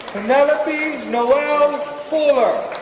penelope noell um fuller